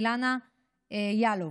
אלינה ברדץ' יאלוב,